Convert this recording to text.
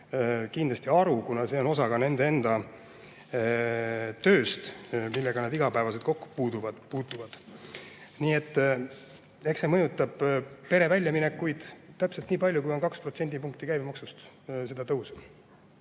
kindlasti aru, kuna see on osa nende enda tööst, millega nad igapäevaselt kokku puutuvad. Nii et eks see mõjutab pere väljaminekuid täpselt nii palju, kui on 2 protsendipunkti käibemaksust seda